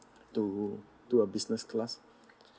to a business class